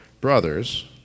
brothers